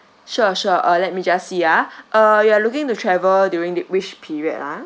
sure sure uh let me just see ah uh you are looking to travel during the which period ah